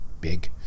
big